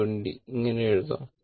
20 ഇങ്ങിനെ എഴുതാം